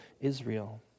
Israel